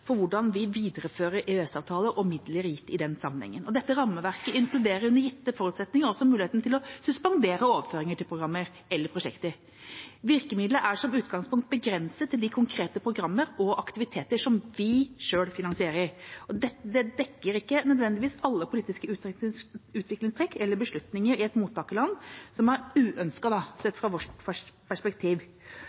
for hvordan vi viderefører EØS-avtalen og midler gitt i den sammenheng. Dette rammeverket inkluderer under gitte forutsetninger også muligheten til å suspendere overføringer til programmer eller prosjekter. Virkemiddelet er som utgangspunkt begrenset til de konkrete programmer og aktiviteter som vi selv finansierer. Det dekker ikke nødvendigvis alle politiske utviklingstrekk eller beslutninger i et mottakerland som er uønsket sett fra vårt perspektiv.